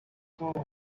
four